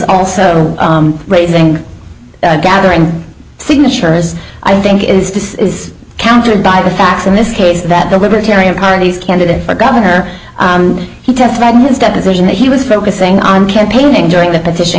also raising a gathering signatures i think is this is countered by the facts in this case that the libertarian party candidate for governor he testified in his deposition that he was focusing on campaigning during that petition